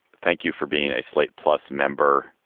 thank you for being a slate plus member.